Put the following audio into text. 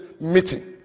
meeting